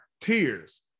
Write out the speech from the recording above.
tears